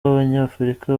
abanyafurika